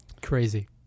Crazy